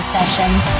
Sessions